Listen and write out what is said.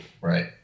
right